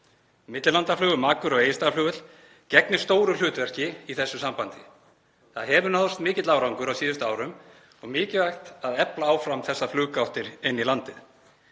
Millilandaflug um Akureyrar- og Egilsstaðaflugvöll gegnir stóru hlutverki í þessu sambandi. Það hefur náðst mikill árangur á síðustu árum og mikilvægt er að efla áfram þessar fluggáttir inn í landið.